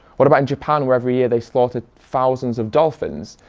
what about in japan where every year they slaughter thousands of dolphins.